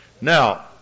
Now